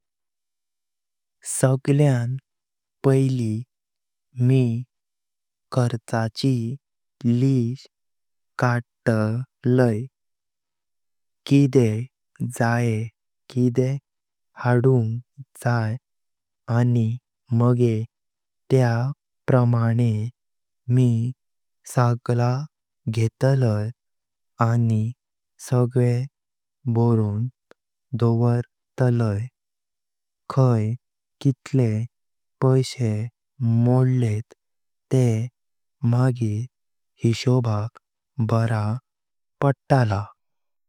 सगळ्यां पैली मी खर्चाची लिस्ट काढटलैं, किदें जाय किदें हडुंग जाय आनी मागे त्याप्रमाणे मी सगला घेटलैं आनी सगळे बारो थडवलां खाइ कितले पैशे मोड्लें ते मागीर हिसोबक बारा पडता।